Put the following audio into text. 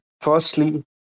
firstly